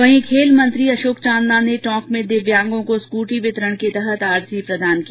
वहीं खेल मंत्री अशोक चांदना ने टोंक में दिव्यांगों को स्कटी वितरण के तहत आरसी प्रदान की